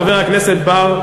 חבר הכנסת בר.